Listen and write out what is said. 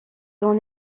dans